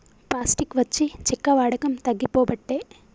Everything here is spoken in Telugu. పాస్టిక్ వచ్చి చెక్క వాడకం తగ్గిపోబట్టే